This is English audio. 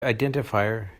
identifier